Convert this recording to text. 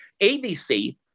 ABC